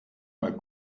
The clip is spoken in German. mal